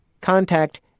Contact